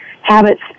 habits